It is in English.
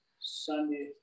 Sunday